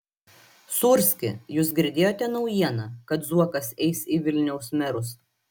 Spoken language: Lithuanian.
sūrski jūs girdėjote naujieną kad zuokas eis į vilniaus merus